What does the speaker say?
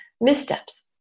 missteps